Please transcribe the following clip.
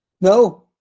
No